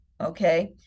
Okay